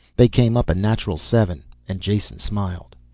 they came up a natural seven and jason smiled.